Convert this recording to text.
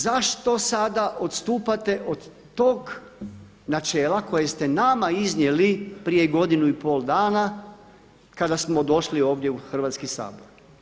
Zašto sada odstupate od tog načela koje ste nama iznijeli prije godinu i pol dana kada smo došli ovdje u Hrvatski sabor.